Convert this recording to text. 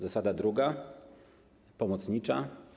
Zasada druga, pomocnicza.